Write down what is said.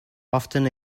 often